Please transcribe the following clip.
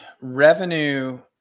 revenue